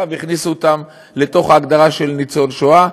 הכניסו אותם להגדרה של ניצול השואה.